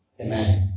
Amen